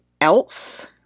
else